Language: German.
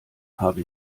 habe